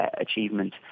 achievement